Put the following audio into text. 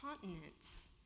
continents